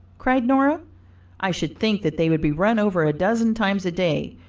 cried nora i should think that they would be run over a dozen times a day,